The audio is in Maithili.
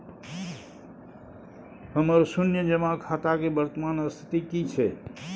हमर शुन्य जमा खाता के वर्तमान स्थिति की छै?